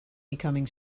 becoming